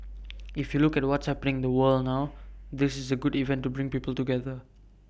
if you look at what's happening the world now this is A good event to bring people together